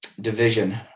division